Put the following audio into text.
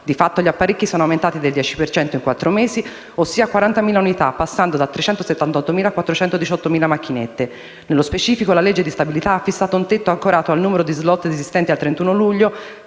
di fatto gli apparecchi sono aumentati del 10 per cento in quattro mesi, ossia di 40.000 unità, passando da 378.000 a 418.000. Nello specifico, la legge di stabilità ha fissato un tetto ancorato al numero di *slot* esistenti al 31 luglio